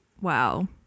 wow